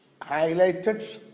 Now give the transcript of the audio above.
highlighted